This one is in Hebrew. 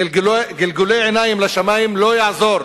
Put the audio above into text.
גלגול עיניים לשמים לא יעזור.